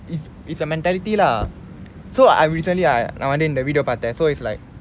is it's a mentality lah so I recently I I நா வந்து இந்த:naa vanthu intha video பாத்தேன்:paathen so it's like